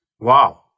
wow